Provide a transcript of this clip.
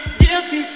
guilty